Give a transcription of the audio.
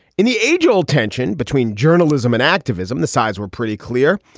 in the age old tension between journalism and activism, the signs were pretty clear.